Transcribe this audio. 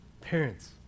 Parents